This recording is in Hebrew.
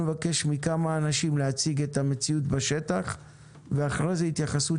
נבקש מכמה אנשים להציג את המציאות בשטח ואחרי כן נשמע התייחסות